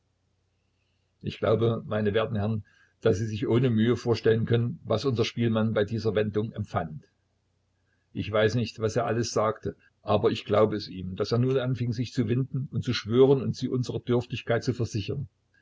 ich glaube meine werten herren daß sie sich ohne mühe vorstellen können was unser spielmann bei dieser wendung empfand ich weiß nicht was er alles sagte aber ich glaube es ihm daß er nun anfing sich zu winden und zu schwören und sie unserer dürftigkeit zu versichern